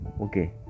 okay